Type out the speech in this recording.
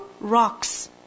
Rocks